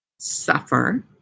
suffer